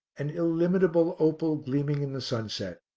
an illimitable opal gleaming in the sunset.